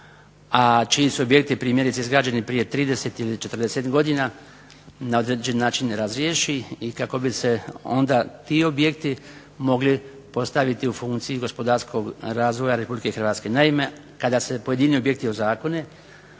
a čiji su objekti primjerice izgrađeni prije 30 ili 40 godina na određen način razriješi i kako bi se onda ti objekti mogli postaviti u funkciji gospodarskog razvoja Republike Hrvatske. Naime, kada se pojedini objekti ozakone